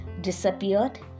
disappeared